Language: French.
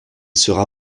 sera